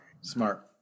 Smart